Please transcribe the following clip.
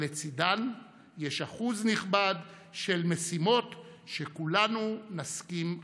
אבל לצידן יש אחוז נכבד של משימות שכולנו נסכים עליהן.